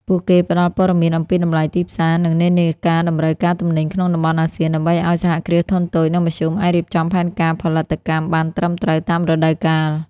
ពួកគេផ្ដល់ព័ត៌មានអំពីតម្លៃទីផ្សារ និងនិន្នាការតម្រូវការទំនិញក្នុងតំបន់អាស៊ាន ដើម្បីឱ្យ សហគ្រាសធុនតូច និងមធ្យមអាចរៀបចំផែនការផលិតកម្មបានត្រឹមត្រូវតាមរដូវកាល។